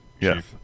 yes